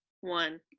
one